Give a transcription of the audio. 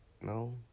No